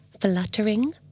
fluttering